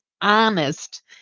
honest